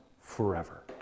forever